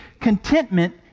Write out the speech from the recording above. contentment